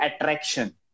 attraction